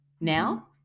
now